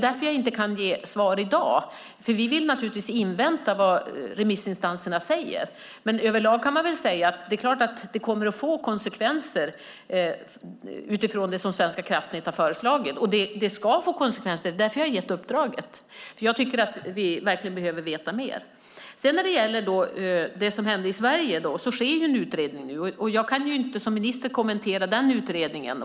Därför kan jag inte ge svar i dag. Vi vill naturligtvis invänta vad remissinstanserna säger. Överlag kan man väl säga att det givetvis kommer att få konsekvenser utifrån vad Svenska kraftnät har föreslagit, och så ska det vara. Det är därför jag gett dem uppdraget. Jag tycker att vi behöver veta mer. När det gäller det som hände i Sverige pågår nu en utredning. Som minister kan jag inte kommentera den utredningen.